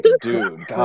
dude